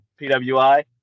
PWI